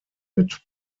mit